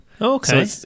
Okay